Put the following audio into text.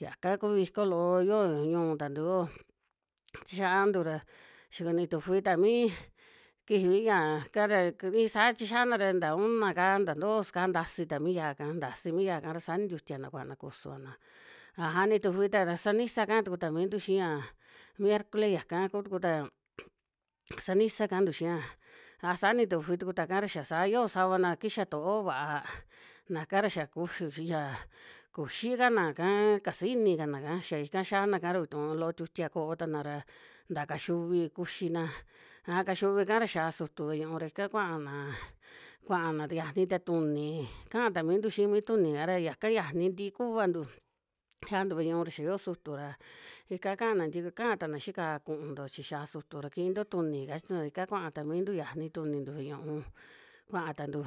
yaka kuu viko loo yoo ñu'un tantu yo'o, chixiantu ra xiaka ni tufi ta mii kivi yaaka ra iin saa chixiana ra nta una'ka, nta dos'ka ntasi ta mii yiaa'ka ntasi mi yiaa'ka ra saa nintiutiana kuana kusuana. Aja ni tufi ta ra ceniza kaa tuku ta mintu xiaa, miercole yaka kuu tuku ta ceniza kaantu xiaa, a saa ni tufi tuku taka ra xia saa yo savana kixa to'o vaa, naka ra xia kuxuxiya kuxi kana'ka, kasini kana'ka xia ika xiana ka ra vituu loo tiutia koo tana ra nta kaxiuvi kuxina, aja kaxiuvi'ka ra xiaa sutu ve'e ñu'u ra ika kuaana, kuana yiani ta tunii kaa ta mintu xii mi tuni'ka ra yaka yiani ntii kuvantu, xantu ve'e ñu'u ra xia yoo sutu ra ika kaana nti, kaa tana xii ka'á kuunto chi xia sutu ra kiinto tuni kachina ika kuaa ta mintu yiani tunintu ve'e ñu'u, kuaa tantu.